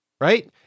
Right